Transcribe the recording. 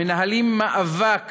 המנהלים מאבק